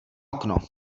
okno